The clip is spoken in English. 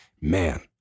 man